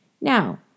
Now